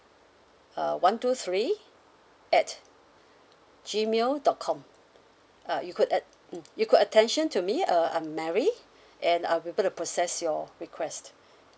uh one two three at G mail dot com uh you could att~ mm you could attention to me uh I'm mary and I'll be put the process your request